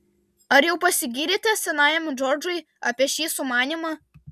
ar jau pasigyrėte senajam džordžui apie šį sumanymą